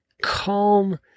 calm